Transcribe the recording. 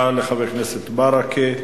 תודה לחבר הכנסת ברכה.